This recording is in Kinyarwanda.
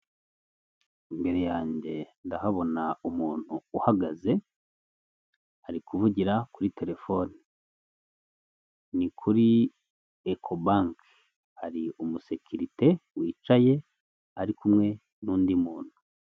Imbere yanjye ndahabona umuntu uhagaze, ari kuvugira kuri telefone, ni kuri Ecobank, hari umusekiririte wicaye, ari kumwe n'undi muntu.